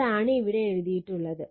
അതാണ് ഇവിടെ എഴുതിയിട്ടുള്ളത്